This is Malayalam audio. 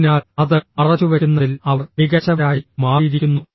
അതിനാൽ അത് മറച്ചുവെക്കുന്നതിൽ അവർ മികച്ചവരായി മാറിയിരിക്കുന്നു